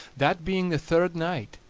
that being the third night,